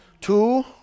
Two